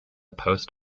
post